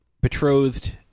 betrothed